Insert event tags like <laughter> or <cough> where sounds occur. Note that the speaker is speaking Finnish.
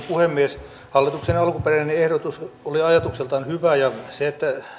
<unintelligible> puhemies hallituksen alkuperäinen ehdotus oli ajatukseltaan hyvä ja